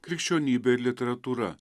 krikščionybė ir literatūra